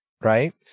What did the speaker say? right